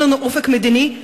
אין לנו אופק מדיני,